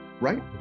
Right